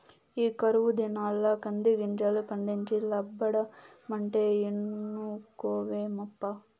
ఈ కరువు దినాల్ల కందిగింజలు పండించి లాబ్బడమంటే ఇనుకోవేమప్పా